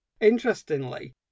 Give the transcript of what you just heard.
Interestingly